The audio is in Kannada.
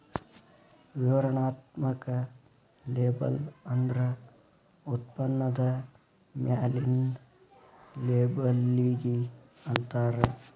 ವಿವರಣಾತ್ಮಕ ಲೇಬಲ್ ಅಂದ್ರ ಉತ್ಪನ್ನದ ಮ್ಯಾಲಿನ್ ಲೇಬಲ್ಲಿಗಿ ಅಂತಾರ